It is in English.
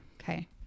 okay